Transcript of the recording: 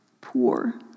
poor